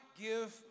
give